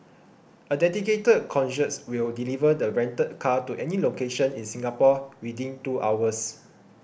a dedicated concierge will deliver the rented car to any location in Singapore within two hours